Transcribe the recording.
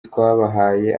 twabahaye